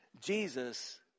Jesus